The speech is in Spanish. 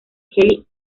kelly